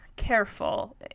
careful